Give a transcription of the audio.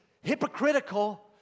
hypocritical